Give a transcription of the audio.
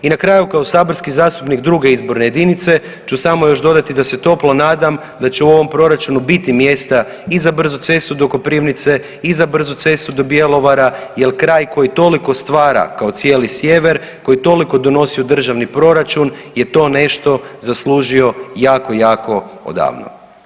I na kraju kao saborski zastupnik druge izborne jedinice ću još samo dodati da se toplo nadam da će u ovom proračunu biti mjesta i za brzu cestu do Koprivnice i za brzu cestu do Bjelovara, jer kraj koji toliko stvara kao cijeli sjever, koji toliko donosi u državni proračun je to nešto zaslužio jako, jako odavno.